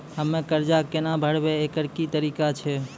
हम्मय कर्जा केना भरबै, एकरऽ की तरीका छै?